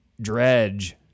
Dredge